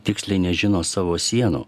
tiksliai nežino savo sienų